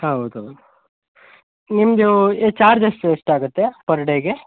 ಹೌದು ನಿಮ್ಮದು ಎ ಚಾರ್ಜಸ್ ಎಷ್ಟು ಆಗುತ್ತೆ ಪರ್ ಡೇಗೆ